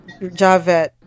javet